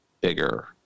bigger